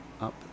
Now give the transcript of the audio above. up